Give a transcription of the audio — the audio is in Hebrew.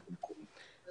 אני